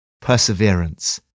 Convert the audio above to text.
perseverance